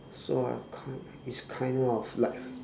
so I kind it's kind of like